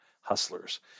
hustlers